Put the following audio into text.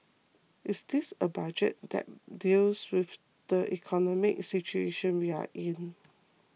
is this a Budget that deals with the economic situation we are in